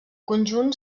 conjunt